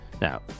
Now